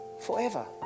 Forever